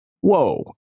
whoa